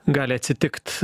gali atsitikt